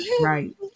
right